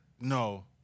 No